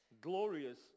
glorious